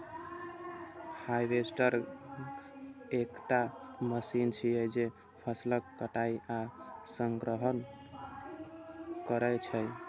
harvester एकटा machine छियै, जे फसलक कटाइ आ संग्रहण करै छै